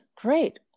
great